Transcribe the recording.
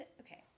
Okay